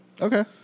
Okay